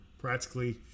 practically